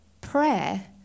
prayer